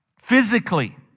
physically